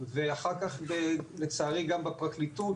של מהומה בביה"ח,